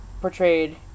portrayed